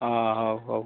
ହଉ ହଉ